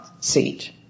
seat